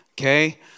Okay